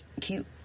cute